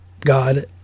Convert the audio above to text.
God